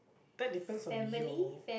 that depends on your